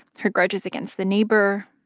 her grudges against the neighbor,